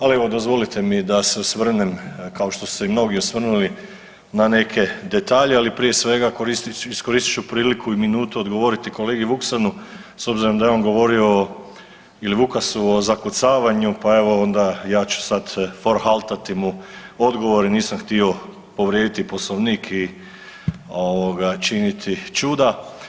Ali evo dozvolite mi da se osvrnem kao što su se i mnogi osvrnuli na neke detalje, ali prije svega iskoristit ću priliku i minutu odgovoriti kolegi Vuksanu s obzirom da je on govorio ili Vukasu o zakucavanju pa evo onda ja ću sad forhaltati mu odgovor nisam htio povrijediti Poslovnik i ovoga činiti čuda.